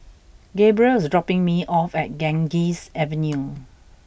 Gabrielle is dropping me off at Ganges Avenue